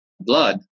blood